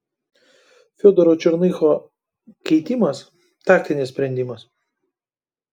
fiodoro černycho keitimas taktinis sprendimas